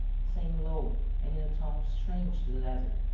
saying low, and in a tongue strange to the desert,